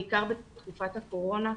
בעיקר בתקופת הקורונה,